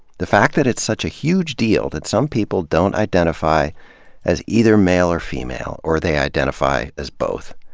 the fact that it's such a huge deal that some people don't identify as either male or female, or they identify as both.